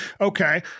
okay